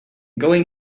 going